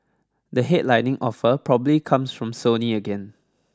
the headlining offer probably comes from Sony again